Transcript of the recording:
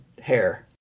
hair